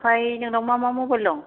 आमफ्राय नोंनाव मा मा मबाइल दं